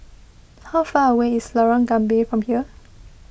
how far away is Lorong Gambir from here